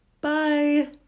Bye